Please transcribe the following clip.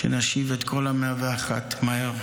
שנשיב את כל ה-101 מהר.